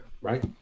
right